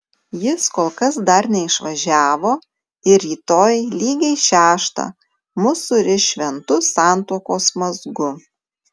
jis kol kas dar neišvažiavo ir rytoj lygiai šeštą mus suriš šventu santuokos mazgu